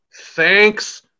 Thanks